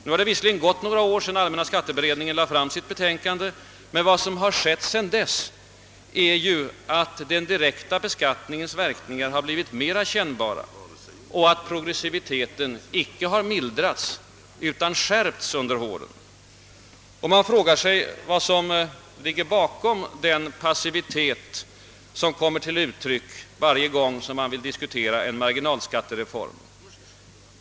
Nu har det visserligen gått några år sedan allmänna skatteberedningen lade fram sitt betänkande, men vad som skett sedan dess är ju att den direkta beskattningens verkningar har blivit än mera kännbara och att progressiviteten icke har mildrats utan tvärtom skärpts under åren. Man frågar sig vad som ligger bakom den passivitet som kommer till uttryck varje gång som man vill diskutera en marginalskattereform.